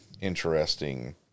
interesting